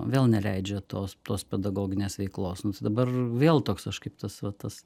vėl neleidžia tos tos pedagoginės veiklos nors dabar vėl toks aš kaip tas va tas